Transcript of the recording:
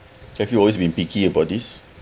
have you always been picky about this